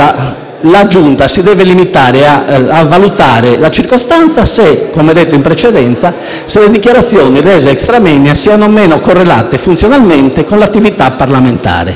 la Giunta si deve limitare a valutare la circostanza se, come detto in precedenza, le dichiarazioni rese *extra moenia* siano o meno correlate funzionalmente con l'attività parlamentare.